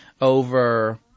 over